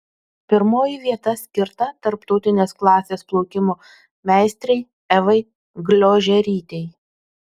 pirmoji vieta skirta tarptautinės klasės plaukimo meistrei evai gliožerytei